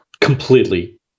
completely